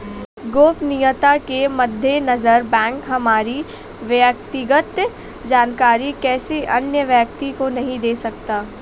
गोपनीयता के मद्देनजर बैंक हमारी व्यक्तिगत जानकारी किसी अन्य व्यक्ति को नहीं दे सकता